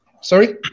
Sorry